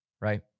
right